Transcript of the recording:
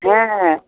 হ্যাঁ হ্যাঁ